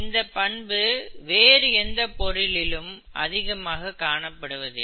இந்தப் பண்பு வேறு எந்த பொருளிலும் அதிகமாக காணப்படுவதில்லை